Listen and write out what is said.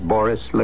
Boris